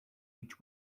each